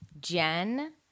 Jen